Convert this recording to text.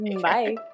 bye